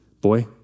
boy